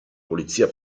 polizia